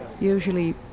usually